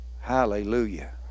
Hallelujah